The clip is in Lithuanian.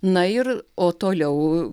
na ir o toliau